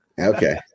Okay